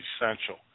essential